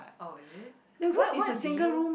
oh is it what what did you